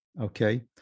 Okay